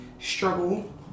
struggle